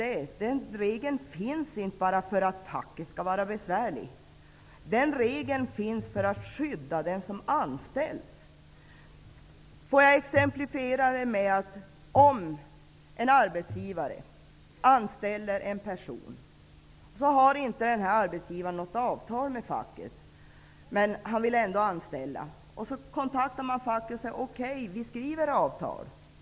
Den här regeln finns inte bara för att facket skall få vara besvärligt, utan denna regel finns för att skydda den som anställs. En arbetsgivare t.ex. kan vilja anställa en person. Den här arbetsgivaren har inte har något avtal med facket, men vederbörande vill ändå anställa. Facket kontaktas, och man säger: Okej, vi skriver avtal.